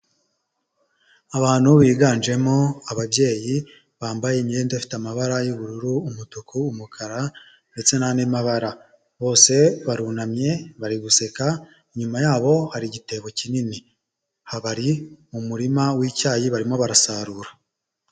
Abantu biganjemo ababyeyi bambaye imyenda ifite amabara y'ubururu, umutuku, umukara ndetse n'andi mabara bose barunamye bari guseka, inyuma yabo hari igitebo kinini, bari mu muririma w'icyayi barimo barasarura.